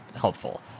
helpful